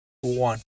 one